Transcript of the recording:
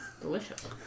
Delicious